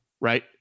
right